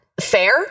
fair